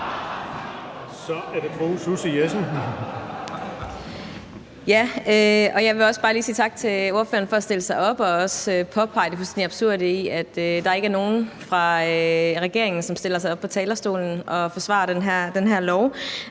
Kl. 14:06 Susie Jessen (DD): Jeg vil også bare lige sige tak til ordføreren for at stille sig op og også påpege det fuldstændig absurde i, at der ikke er nogen fra regeringen, som stiller sig op på talerstolen og forsvarer det her